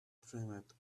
dreamed